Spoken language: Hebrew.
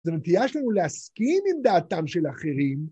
זו נטייה שלנו להסכים עם דעתם של אחרים.